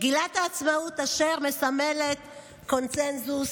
מגילת העצמאות, אשר מסמלת קונסנזוס,